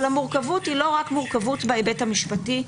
אבל המורכבות היא לא רק מורכבות בהיבט המשפטי.